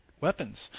weapons